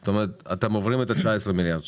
זאת אומרת שאתם עוברים את ה-19 מיליארד שקל.